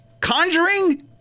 Conjuring